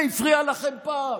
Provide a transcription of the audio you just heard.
זה הפריע לכם פעם?